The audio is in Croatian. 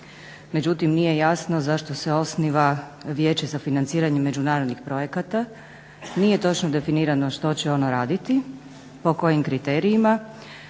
međutim nije jasno zašto se osniva Vijeće za financiranje međunarodnih projekata, nije točno definirano što će ono raditi, po kojim kriterijima